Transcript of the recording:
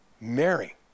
Mary